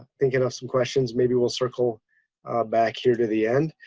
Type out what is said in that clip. thinking of some questions. maybe we'll circle back here to the end.